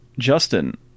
Justin